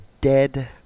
dead